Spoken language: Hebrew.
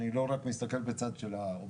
אני לא רק מסתכל בצד של העובד,